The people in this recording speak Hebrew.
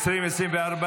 התשפ"ה 2024,